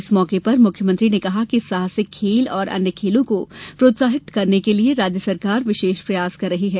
इस मौके पर मुख्यमंत्री ने कहा कि साहसिक खेल और अन्य खेलों को प्रोत्साहित करने के लिये राज्य सरकार विशेष प्रयास कर रही है